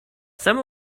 some